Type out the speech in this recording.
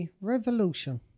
Revolution